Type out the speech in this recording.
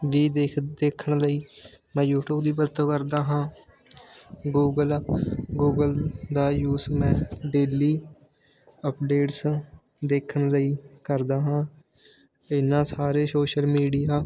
ਵੀ ਦੇਖ ਦੇਖਣ ਲਈ ਮੈਂ ਯੂਟਿਊਬ ਦੀ ਵਰਤੋਂ ਕਰਦਾ ਹਾਂ ਗੂਗਲ ਗੂਗਲ ਦਾ ਯੂਜ ਮੈਂ ਡੇਲੀ ਅਪਡੇਟਸ ਦੇਖਣ ਲਈ ਕਰਦਾ ਹਾਂ ਇਨ੍ਹਾਂ ਸਾਰੇ ਸੋਸ਼ਲ ਮੀਡੀਆ